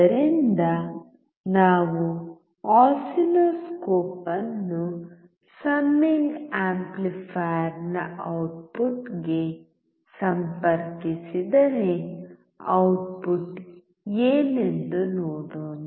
ಆದ್ದರಿಂದ ನಾವು ಆಸಿಲ್ಲೋಸ್ಕೋಪ್ ಅನ್ನು ಸಮ್ಮಿಂಗ್ ಆಂಪ್ಲಿಫೈಯರ್ನ ಔಟ್ಪುಟ್ಗೆ ಸಂಪರ್ಕಿಸಿದರೆ ಔಟ್ಪುಟ್ ಏನೆಂದು ನೋಡೋಣ